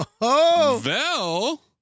Vel